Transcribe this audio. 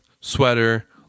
sweater